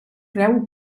creu